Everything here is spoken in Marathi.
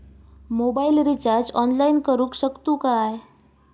मोबाईल रिचार्ज ऑनलाइन करुक शकतू काय?